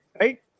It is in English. right